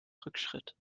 rückschritt